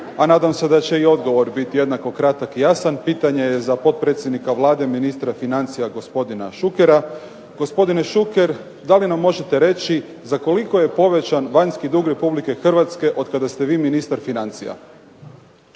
a nadam se da će i odgovor biti jednako kratak i jasan. Pitanje je za potpredsjednika Vlade i ministra financija gospodina Šukera. Gospodine Šuker da li nam možete reći za koliko je povećan vanjski dug RH od kada ste vi ministar financija?